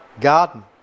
garden